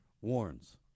warns